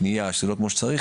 פנייה שזה לא כמו שצריך,